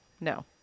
No